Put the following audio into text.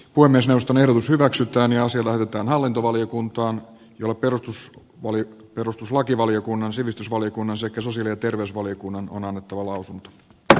nurmes josta nerous hyväksytään ja siellä hallintovaliokuntaan jolle korotus oli perustuslakivaliokunnan sivistysvaliokunnan sekä susien ja terveysvaliokunnan on annettu lausunto hoidetaan